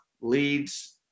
leads